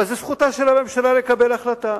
אבל זו זכותה של הממשלה לקבל החלטה.